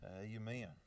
Amen